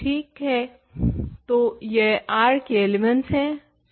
तो यह R के एलिमेंट्स है